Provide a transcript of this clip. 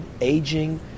aging